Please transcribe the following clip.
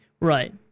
Right